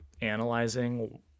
analyzing